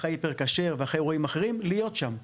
אחרי 'היפר כשר' ואחרי אירועים אחרים ידענו להיות שם,